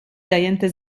zajęte